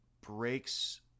breaks